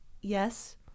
Yes